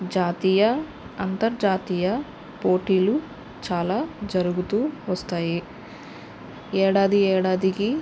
జాతీయ అంతర్జాతీయ పోటీలు చాలా జరుగుతూ వస్తాయి ఏడాది ఏడాదికి